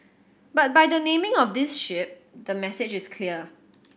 but by the naming of this ship the message is clear